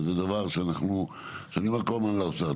וזה דבר שאני אומר כל פעם לאוצר,